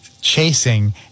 chasing